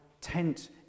tent